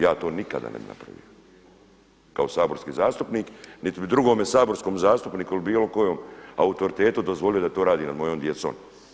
Ja to nikada ne bi napravio, kao saborski zastupnik, niti bi drugome saborskom zastupniku ili bilo kojem autoritetu dozvolio da to radi nad mojom djecom.